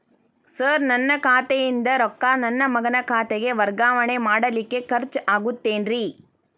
Sir ನನ್ನ ಖಾತೆಯಿಂದ ರೊಕ್ಕ ನನ್ನ ಮಗನ ಖಾತೆಗೆ ವರ್ಗಾವಣೆ ಮಾಡಲಿಕ್ಕೆ ಖರ್ಚ್ ಆಗುತ್ತೇನ್ರಿ?